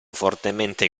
fortemente